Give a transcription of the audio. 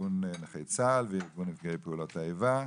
ארגון נכי צה"ל, ארגון נפגעי פעולות האיבה,